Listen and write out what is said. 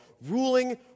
Ruling